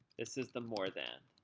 this is the more than.